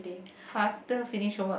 faster finish homework